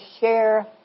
share